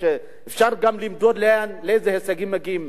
אפשר גם למדוד לאיזה הישגים הם מגיעים,